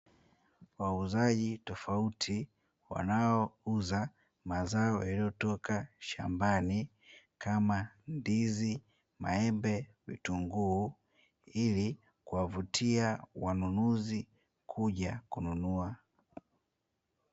Wauzaji tofauti wanaouza mazao yaliyotoka shambani kama; ndizi, maembe, vitunguu ili kuwavutiwa wanunuzi kuja kununua.